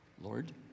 Lord